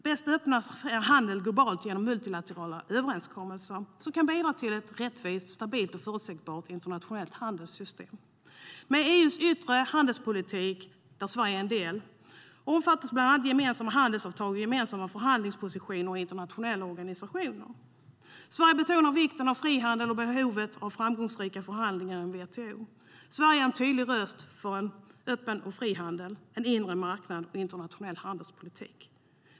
Bäst öppnas handel globalt genom multilaterala överenskommelser som kan bidra till ett rättvist, stabilt och förutsägbart internationellt handelssystem. Sverige betonar vikten av frihandel och behovet av framgångsrika förhandlingar inom WTO. Sverige är en tydlig röst för öppen och fri handel, en inre marknad och internationell handelspolitik.